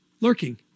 lurking